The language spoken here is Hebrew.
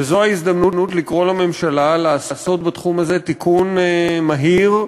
וזו ההזדמנות לקרוא לממשלה לעשות בתחום הזה תיקון מהיר,